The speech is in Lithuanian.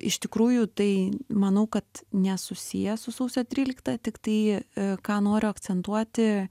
iš tikrųjų tai manau kad nesusiję su sausio trylikta tik tai ką noriu akcentuoti